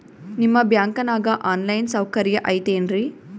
ನಿಮ್ಮ ಬ್ಯಾಂಕನಾಗ online ಸೌಕರ್ಯ ಐತೇನ್ರಿ?